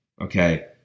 okay